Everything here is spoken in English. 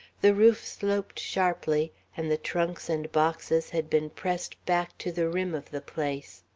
the roof sloped sharply, and the trunks and boxes had been pressed back to the rim of the place.